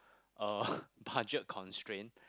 uh budget constraint